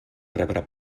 rebre